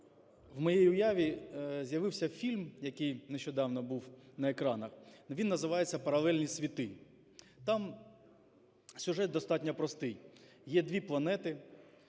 в моїй уяві з'явився фільм, який нещодавно був на екранах, він називається "Паралельні світи". Там сюжет достатньо простий. Є дві планети,